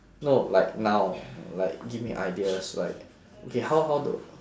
no like now like give me ideas like okay how how to